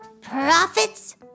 Profits